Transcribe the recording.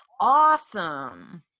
awesome